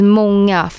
många